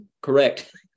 correct